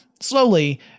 Slowly